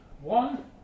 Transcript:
One